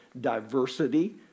diversity